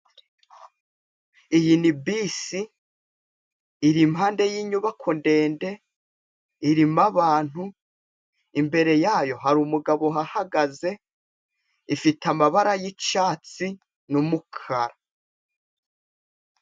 Iyi ni bisi iri impande y'inyubako ndende irimo abantu, imbere yayo hari umugabo uhahagaze ifite amabara y'icyatsi n'umukara.